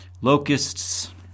locusts